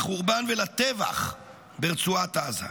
לחורבן ולטבח ברצועת עזה.